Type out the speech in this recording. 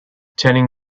turning